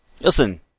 Listen